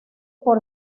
por